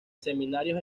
semanarios